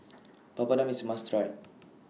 Papadum IS must Try